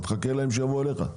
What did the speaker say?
חכה להם שיבואו אליך.